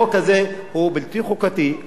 החוק הזה הוא בלתי חוקתי,